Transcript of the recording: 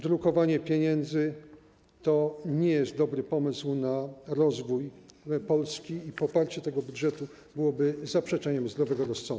Drukowanie pieniędzy to nie jest dobry pomysł na rozwój Polski, a poparcie tego budżetu byłoby zaprzeczeniem zdrowego rozsądku.